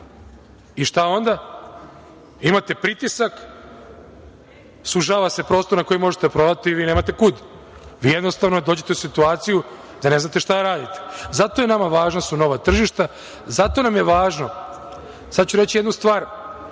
i šta onda? Imate pritisak, sužava se prostor na kojem možete da prodate i vi nemate kud. Vi jednostavno dođete u situaciju da ne znate šta da radite. Zato su nama važna nova tržišta, zato nam je važno, sad ću reći jednu stvar